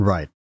Right